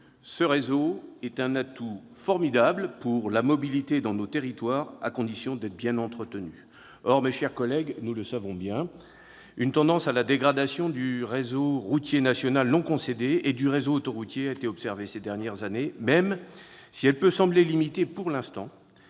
Il est un atout formidable pour la mobilité dans nos territoires, à condition qu'il soit bien entretenu. Or nous le savons bien, mes chers collègues, une tendance à la dégradation du réseau routier national non concédé et du réseau autoroutier a été observée ces dernières années. Même si elle peut sembler limitée pour l'instant,